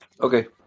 Okay